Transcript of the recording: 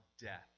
death